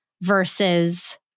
versus